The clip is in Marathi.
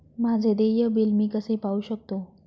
माझे देय बिल मी कसे पाहू शकतो?